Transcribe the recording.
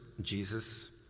Jesus